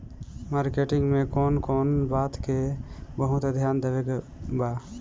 Marketing मे कौन कौन बात के बहुत ध्यान देवे के बा?